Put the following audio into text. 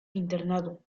internado